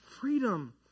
freedom